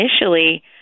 initially